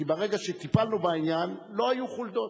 כי ברגע שטיפלנו בעניין לא היו חולדות.